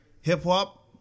hip-hop